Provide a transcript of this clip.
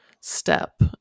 step